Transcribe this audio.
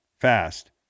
fast